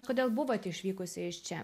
kodėl buvot išvykusi iš čia